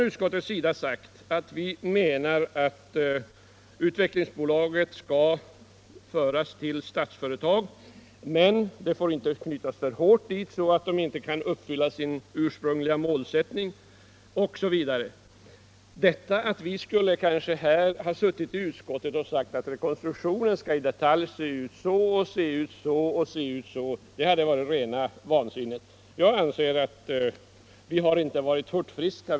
Utskottet menar att Utvecklingsbolaget skall föras till Statsföretag men det får inte knytas så hårt till Statsföretag att det inte kan uppfylla sin ursprungliga målsättning. Det hade varit rena vansinnet om vi i utskottet hade bestämt i detalj hur rekonstruktionen skulle se ut. Vi har inte varit hurtfriska.